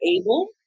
able